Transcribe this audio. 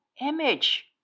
image